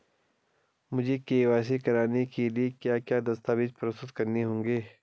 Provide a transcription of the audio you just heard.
मुझे के.वाई.सी कराने के लिए क्या क्या दस्तावेज़ प्रस्तुत करने होंगे?